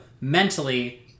mentally